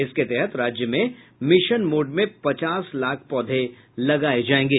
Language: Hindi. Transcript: इसके तहत राज्य में मिशन मोड में पचास लाख पौधे लगाये जायेंगे